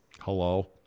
Hello